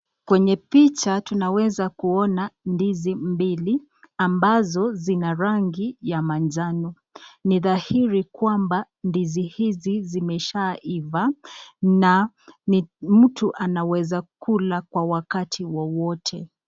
Kwenye picha tunaweza kuona ndizi mbili, ambazo zina rangi ya manjano. Ni dhahiri kwamba ndizi hizi zimesha iva, na mtu anaweza kula kwa wakati wowote.